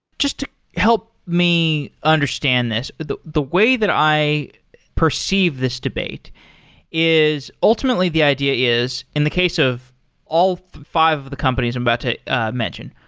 just to help me understand this. the the way that i perceive this debate is ultimately the idea is, in the case of all five of the companies i'm about to mention,